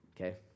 okay